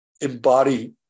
embody